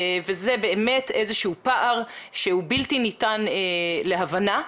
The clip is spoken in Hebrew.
זה באמת איזשהו פער שהוא בלתי ניתן להבנה,